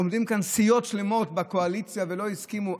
עומדות כאן סיעות שלמות בקואליציה שלא הסכימו.